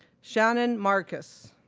shannon marcus,